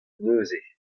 neuze